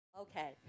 Okay